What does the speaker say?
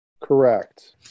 Correct